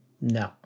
No